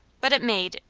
but it made,